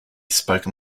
spoke